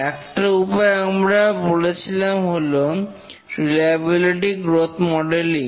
একটা উপায় আমরা বলেছিলাম হল রিলায়বিলিটি গ্রোথ মডেলিং